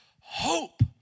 hope